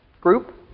group